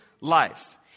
life